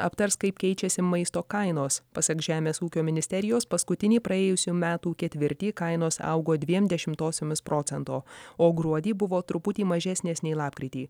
aptars kaip keičiasi maisto kainos pasak žemės ūkio ministerijos paskutinį praėjusių metų ketvirtį kainos augo dviem dešimtosiomis procento o gruodį buvo truputį mažesnės nei lapkritį